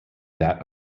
that